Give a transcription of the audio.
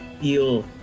feel